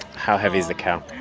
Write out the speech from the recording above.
how heavy is the cow?